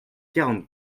quarante